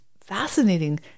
fascinating